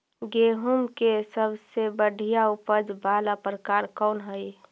गेंहूम के सबसे बढ़िया उपज वाला प्रकार कौन हई?